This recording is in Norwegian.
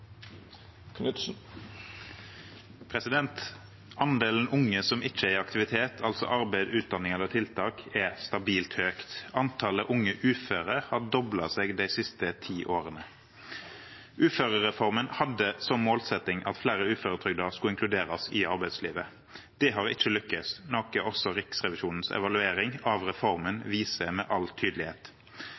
Andelen unge som ikke er i aktivitet – altså arbeid, utdanning eller tiltak – er stabilt høyt. Antallet unge uføre har doblet seg de siste ti årene. Uførereformen hadde som målsetting at flere uføretrygdede skulle inkluderes i arbeidslivet. Det har ikke lyktes, noe også Riksrevisjonens evaluering av reformen viser med all tydelighet.